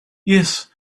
yes